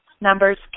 numbers